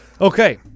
Okay